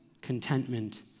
contentment